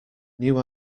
new